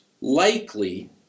likely